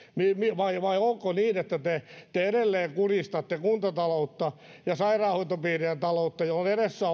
vai vai onko niin että te te edelleen kurjistatte kuntataloutta ja sairaanhoitopiirien taloutta jolloin edessä